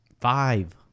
Five